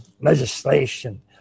legislation